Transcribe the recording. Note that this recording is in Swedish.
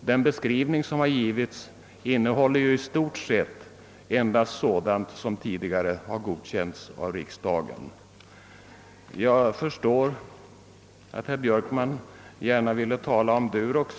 den beskrivning som givits innehåller i stort sett endast sådana medel som tidigare godkänts av riksdagen. Jag förstår att herr Björkman gärna skulle vilja tala om Durox.